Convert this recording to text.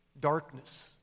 darkness